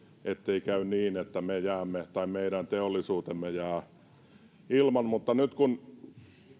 ettei käy niin että me jäämme tai meidän teollisuutemme jää ilman nyt kun